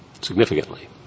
significantly